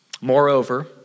Moreover